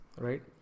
right